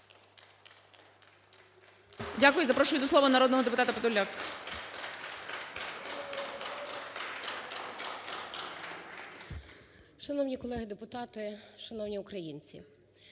Дякую. Запрошую до слова народного депутата Подоляк.